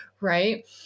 right